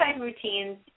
routines